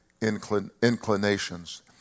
inclinations